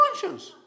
conscience